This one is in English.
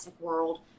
World